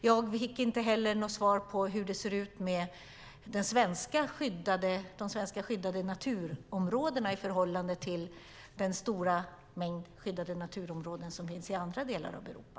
Jag fick inte heller något svar på hur det ser ut med de svenska skyddade naturområdena i förhållande till den stora mängd skyddade naturområden som finns i andra delar av Europa.